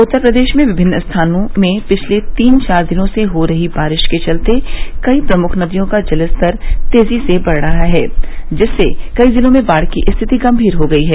उत्तर प्रदेश में विभिन्न स्थानों में पिछले तीन चार दिनों से हो रही बारिश के चलते कई प्रमुख नदियों का जलस्तर तेजी से बढ़ रहा है जिससे कई जिलों में बाढ़ की स्थिति गंभीर हो गई है